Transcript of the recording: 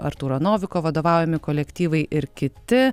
artūro noviko vadovaujami kolektyvai ir kiti